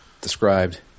described